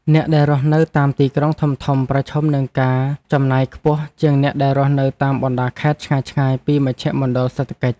អ្នកដែលរស់នៅតាមទីក្រុងធំៗប្រឈមនឹងការចំណាយខ្ពស់ជាងអ្នកដែលរស់នៅតាមបណ្តាខេត្តឆ្ងាយៗពីមជ្ឈមណ្ឌលសេដ្ឋកិច្ច។